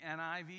NIV